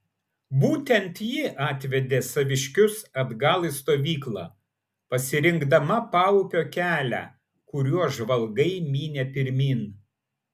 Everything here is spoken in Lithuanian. būtent ji atvedė saviškius atgal į stovyklą pasirinkdama paupio kelią kuriuo žvalgai mynė pirmyn